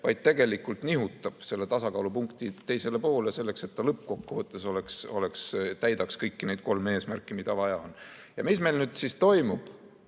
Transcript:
vaid tegelikult nihutab selle tasakaalupunkti teisele poole, selleks et ta lõppkokkuvõttes täidaks kõiki neid kolme eesmärki, mida vaja on. Mis meil nüüd toimub